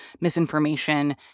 misinformation